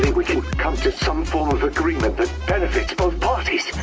we can come to some form of agreement that benefits both parties!